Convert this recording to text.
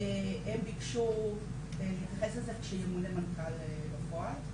הם ביקשו להתייחס לזה כשימונה מנכ"ל בפועל.